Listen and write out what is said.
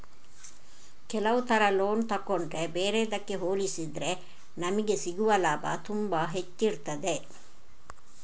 ಕೆಲವು ತರ ಲೋನ್ ತಗೊಂಡ್ರೆ ಬೇರೆದ್ದಕ್ಕೆ ಹೋಲಿಸಿದ್ರೆ ನಮಿಗೆ ಸಿಗುವ ಲಾಭ ತುಂಬಾ ಹೆಚ್ಚಿರ್ತದೆ